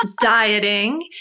dieting